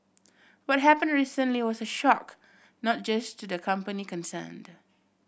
what happen recently was a shock not just to the company concerned